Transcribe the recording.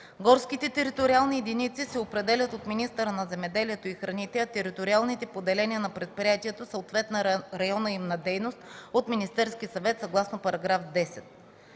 Горските териториални единици се определят от министъра на земеделието и храните, а териториалните поделения на предприятието, съответно районът им на дейност – от Министерският съвет, съгласно § 10.